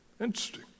Interesting